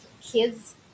kids